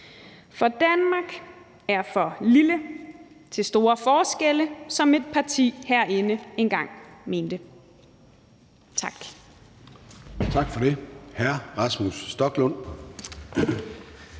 For Danmark er for lille til store forskelle, som et parti herinde engang mente. Tak. Kl. 16:45 Formanden (Søren